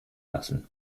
lassen